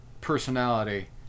personality